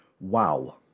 Wow